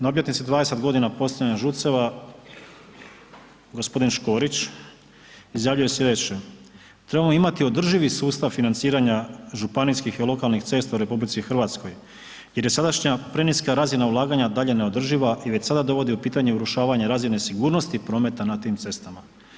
Na obljetnici 20 g. postavljanja ŽUC-eva, g. Škorić izjavio je slijedeće, trebamo imati održivi sustav financiranja županijskih i lokalnih cesta u RH jer je sadašnja preniska razina ulaganja dalje neodrživa i već sada dovodi u pitanje urušavanja razine sigurnosti prometa na tim cestama.